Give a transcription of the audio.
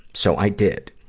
so i did.